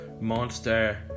Monster